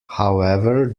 however